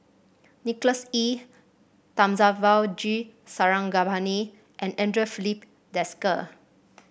Nicholas Ee Thamizhavel G Sarangapani and Andre Filipe Desker